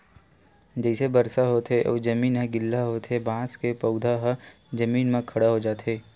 जइसे बरसा होथे अउ जमीन ह गिल्ला होथे बांस के पउधा ह जमीन म खड़ा हो जाथे